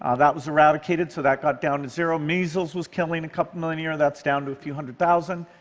ah that was eradicated, so that got down to zero. measles was killing a couple million a year. that's down to a few hundred thousand.